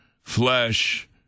flesh